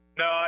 no